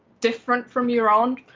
different from your own,